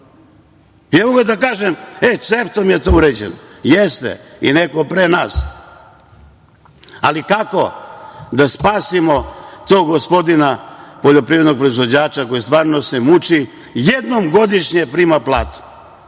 i mogu da kažem CEFTA-om je to uređeno. Jeste i neko pre nas, ali kako da spasimo tog gospodina poljoprivrednog proizvođača koji se stvarno muči? Jednom godišnje prima platu.